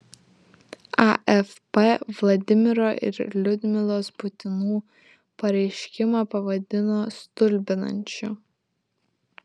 afp vladimiro ir liudmilos putinų pareiškimą pavadino stulbinančiu